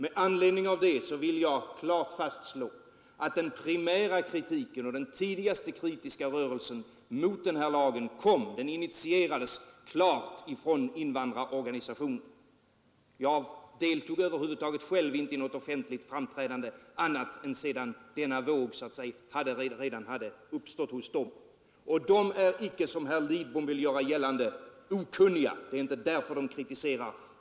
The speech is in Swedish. I anledning av detta vill jag klart fastslå, att den primära kritiken och den tidigaste kritiska rörelsen mot denna lag kom och initierades från invandrarorganisationer. Jag deltog över huvud taget själv inte i något offentligt framträdande förrän denna våg av kritik redan hade uppstått. Det är inte av okunnighet, som statsrådet Lidbom ville göra gällande, som dessa grupper har framfört kritik.